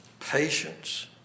patience